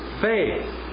faith